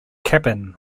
cabin